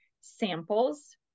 samples